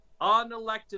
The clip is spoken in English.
unelected